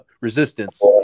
resistance